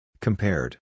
Compared